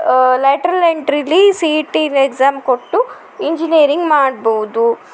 lateral ಎಂಟ್ರಿಲ್ಲಿ C E ಟಿಲಿ exam ಕೊಟ್ಟು ಇಂಜಿನಿಯರಿಂಗ್ ಮಾಡ್ಬೌದು